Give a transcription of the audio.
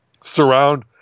surround